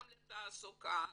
גם לתעסוקה,